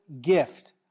gift